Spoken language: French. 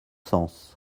sens